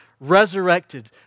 resurrected